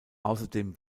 außerdem